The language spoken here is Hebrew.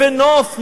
"יפה נוף,